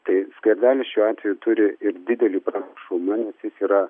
tai skvernelis šiuo atveju turi ir didelį pranašumą nes jis yra